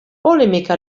polemika